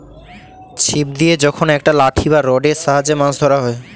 ছিপ দিয়ে যখন একটা লাঠি বা রডের সাহায্যে মাছ ধরা হয়